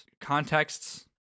contexts